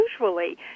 usually